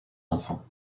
enfants